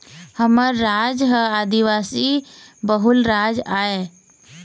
हमर राज ह आदिवासी बहुल राज आय